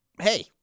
hey